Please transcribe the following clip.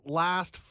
last